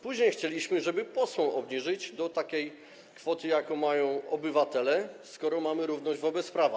Później chcieliśmy, żeby posłom obniżyć do takiej kwoty, jaką mają obywatele, skoro mamy równość wobec prawa.